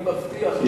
אני מבטיח לך,